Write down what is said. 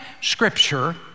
scripture